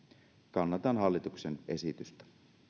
kannatan hallituksen esitystä